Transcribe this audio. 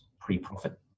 pre-profit